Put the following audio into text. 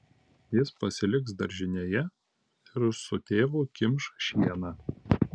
jis pasiliks daržinėje ir su tėvu kimš šieną